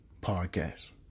podcast